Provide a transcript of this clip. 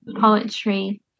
poetry